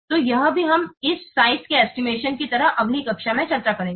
तो यह भी हम इस आकार के एस्टिमेशन की तरह अगली कक्षा में चर्चा करेंगे